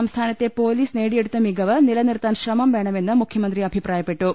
സംസ്ഥാനത്തെ പോലീസ് നേടിയെടുത്ത മികവ് നിലനിർത്താൻ ശ്രമം വേണമെന്ന് മുഖ്യമന്ത്രി അഭിപ്രായപ്പെട്ടു